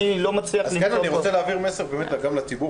אני רוצה להעביר מסר גם לציבור.